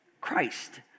Christ